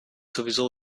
sowieso